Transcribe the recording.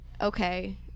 okay